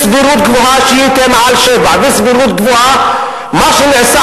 סבירות גבוהה שהיא תהיה מעל 7. מה שנעשה